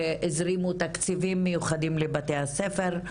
הזרימו תקציבים מיוחדים לבתי-הספר.